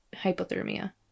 hypothermia